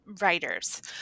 writers